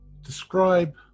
describe